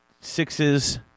sixes